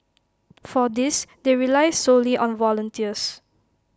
for this they rely solely on volunteers